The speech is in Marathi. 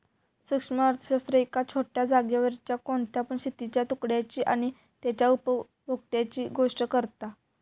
सूक्ष्म अर्थशास्त्र एका छोट्या जागेवरच्या कोणत्या पण शेतीच्या तुकड्याची आणि तेच्या उपभोक्त्यांची गोष्ट करता